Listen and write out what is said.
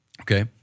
Okay